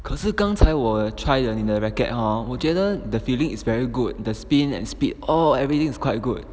可是刚才我也 try 了你的 racket hor 我觉得 the feeling is very good the spin and speed all everything is quite good